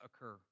occur